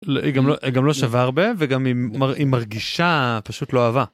היא גם לא שווה הרבה וגם היא מרגישה פשוט לא אהבה.